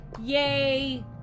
yay